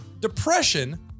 depression